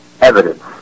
evidence